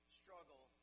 struggle